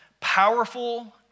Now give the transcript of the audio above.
powerful